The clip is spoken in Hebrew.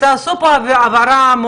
לגבי ערובות להבטחה,